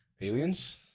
aliens